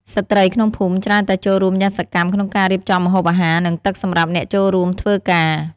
ស្ត្រីក្នុងភូមិច្រើនតែចូលរួមយ៉ាងសកម្មក្នុងការរៀបចំម្ហូបអាហារ និងទឹកសម្រាប់អ្នកចូលរួមធ្វើការ។